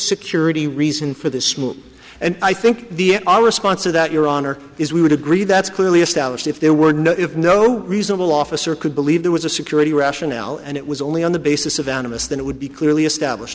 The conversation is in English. security reason for the small and i think the our response to that your honor is we would agree that's clearly established if there were no if no reasonable officer could believe there was a security rationale and it was only on the basis of animus that it would be clearly established